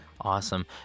Awesome